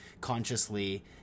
consciously